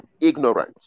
ignorant